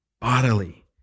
bodily